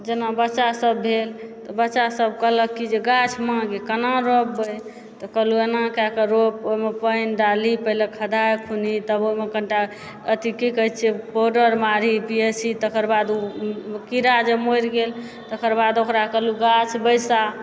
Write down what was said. जेना बच्चा सभ भेल तऽ बच्चा सभ कहलक की जे गाछ माँ गय कना रोपबै तऽ कहलहुँ एना कए कऽ रोप ओहिमे पानि डालहि पहिले खदहा खुन्ही तभ ओहिमे कनिटा अथि की कहै छिऐ पोडर मारहि पी ए सी तकर बाद ओ कीड़ा जे मरि गेल तकर बाद ओकरा कहलहुँ कि गाछ बैसा